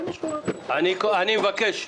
אני מבקש,